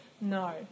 no